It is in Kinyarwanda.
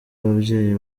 ababyeyi